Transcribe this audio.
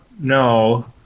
no